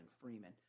Freeman